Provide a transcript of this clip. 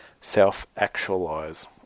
self-actualize